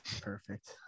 Perfect